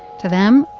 to them,